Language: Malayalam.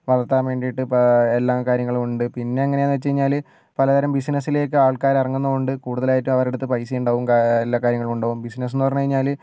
വളർത്താൻ വേണ്ടിയിട്ട് ഇപ്പ എല്ലാ കാര്യങ്ങളും ഉണ്ട് പിന്നെ എങ്ങനെയാണെന്ന് വെച്ചുകഴിഞ്ഞാൽ പലതരം ബിസിനസ്സിലേക്ക് ആൾക്കാർ ഇറങ്ങുന്നതുകൊണ്ട് കൂടുതലായിട്ടും അവരുടെ അടുത്ത് പൈസ ഉണ്ടാവും എല്ലാ കാര്യങ്ങളുമുണ്ടാകും ബിസിനസ്സ് എന്ന് പറഞ്ഞുകഴിഞ്ഞാൽ